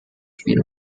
spiel